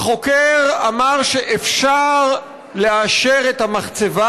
והחוקר אמר שאפשר לאשר את המחצבה,